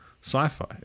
Sci-fi